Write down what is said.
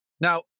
Now